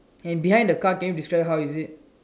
and behind the car can you describe how is it